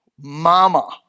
Mama